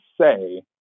say